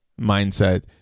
mindset